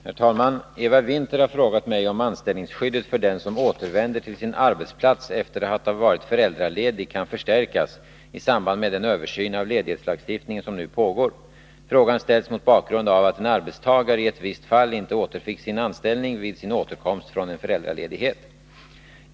Herr talman! Eva Winther har frågat mig om anställningsskyddet för den som återvänder till sin arbetsplats efter att ha varit föräldraledig kan förstärkas i samband med den översyn av ledighetslagstiftningen som nu pågår. Frågan ställs mot bakgrund av att en arbetstagare i ett visst fall inte återfick sin anställning vid sin återkomst från en föräldraledighet.